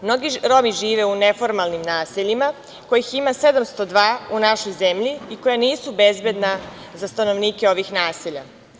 Mnogi Romi žive u neformalnim naseljima, kojih ima 702 u našoj zemlji, i koja nisu bezbedna za stanovnike ovih naselja.